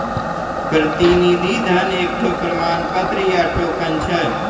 प्रतिनिधि धन एकठो प्रमाण पत्र या टोकन छै